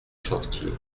chantier